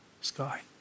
sky